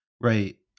Right